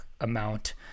amount